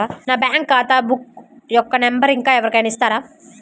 నా బ్యాంక్ ఖాతా బుక్ యొక్క నంబరును ఇంకా ఎవరి కైనా ఇస్తారా?